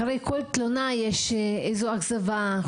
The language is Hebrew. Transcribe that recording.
אחרי כל תלונה יש איזו אכזבה,